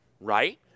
right